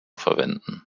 verwenden